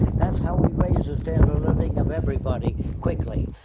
that's how we raise the standard of living of everybody quickly.